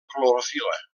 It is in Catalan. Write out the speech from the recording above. clorofil·la